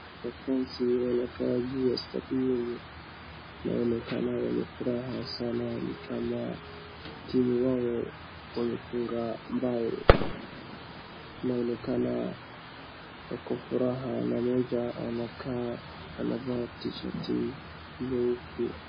Mafansi wanakaa juu ya stadiamu inaonekana wanafuraha sana ni kama timu yao wamefunga mbao. Inaonekana wako furaha na moja anavaa T-shirt nyeupe.